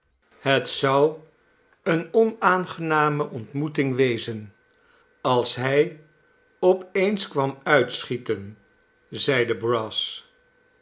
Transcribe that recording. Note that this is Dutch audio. het zou eene onaangename ontmoeting wezen als hij op eens kwam uitschieten zeide brass